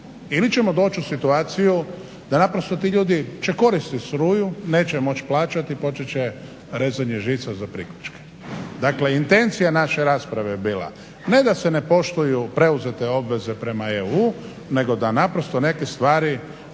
ili ćemo doći u situaciju da naprosto ti ljudi će koristiti struju, neće je moći plaćati, počet će rezanje žica za priključke. Dakle, intencija naše rasprave je bila ne da se ne poštuju preuzete obveze prema EU nego da naprosto neke stvari